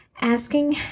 asking